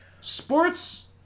sports